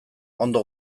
ondo